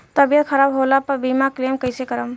तबियत खराब होला पर बीमा क्लेम कैसे करम?